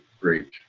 great